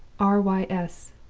r. y. s.